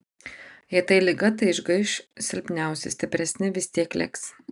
jei tai liga tai išgaiš silpniausi stipresni vis tiek liks